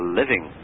living